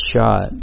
shot